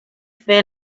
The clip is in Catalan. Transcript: fer